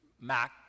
Mac